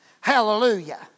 Hallelujah